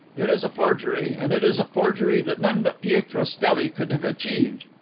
it is a forgery, and it is a forgery that none but pietro stelli could have achieved.